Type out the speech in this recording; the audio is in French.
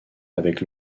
avec